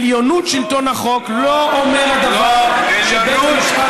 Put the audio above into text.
עליונות שלטון החוק לא אומרת דבר שבית המשפט